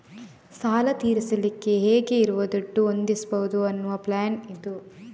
ಸಾಲ ತೀರಿಸಲಿಕ್ಕೆ ಹೇಗೆ ಇರುವ ದುಡ್ಡು ಹೊಂದಿಸ್ಬಹುದು ಅನ್ನುವ ಪ್ಲಾನ್ ಇದು